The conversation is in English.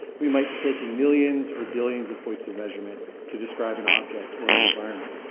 we might be taking millions or billions of points of measurement to describe an object or an environment.